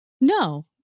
No